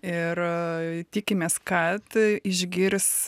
ir tikimės kad išgirs